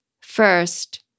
First